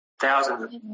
thousands